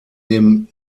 dem